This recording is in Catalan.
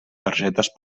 targetes